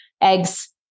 eggs